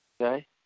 Okay